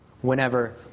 whenever